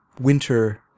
winter